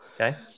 Okay